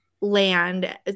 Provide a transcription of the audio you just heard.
land